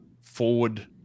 forward